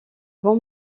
bon